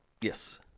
Yes